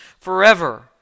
forever